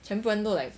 全部人都 like